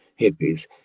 hippies